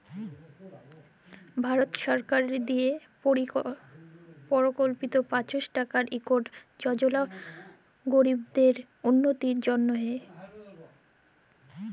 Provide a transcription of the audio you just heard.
ভারত সরকারের দিয়ে পরকল্পিত পাঁচশ টাকার ইকট যজলা গরিবদের উল্লতির জ্যনহে